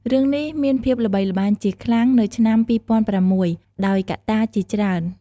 រឿងនេះមានភាពល្បីល្បាញជាខ្លាំងនៅឆ្នាំ២០០៦ ដោយកត្តាជាច្រើន។